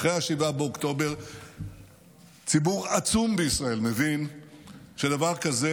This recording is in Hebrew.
אחרי 7 באוקטובר ציבור עצום בישראל מבין שדבר כזה,